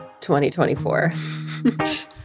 2024